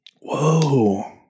Whoa